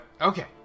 Okay